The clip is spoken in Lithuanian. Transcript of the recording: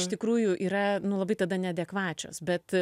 iš tikrųjų yra nu labai tada neadekvačios bet